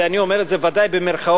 ואני אומר את זה ודאי במירכאות,